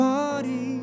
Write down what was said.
body